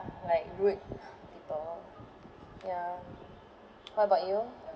like rude people ya what about you